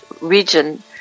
region